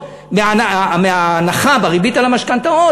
ומההנחה בריבית על המשכנתאות,